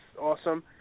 awesome